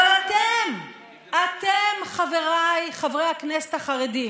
אבל אתם, אתם, חבריי חברי הכנסת החרדים,